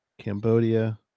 Cambodia